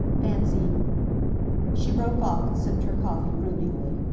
fancy she broke off and sipped her coffee broodingly.